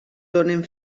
donen